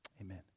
Amen